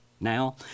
Now